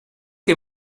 que